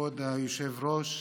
כבוד היושב-ראש,